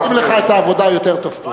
עושים לך את העבודה יותר טוב פה.